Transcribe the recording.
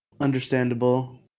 Understandable